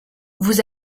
vous